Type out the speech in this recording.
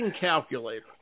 calculator